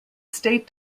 state